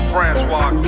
Francois